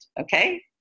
Okay